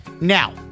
Now